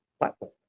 Platform